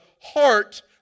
heart